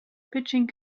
pitching